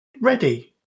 Ready